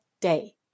day